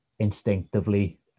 instinctively